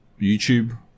YouTube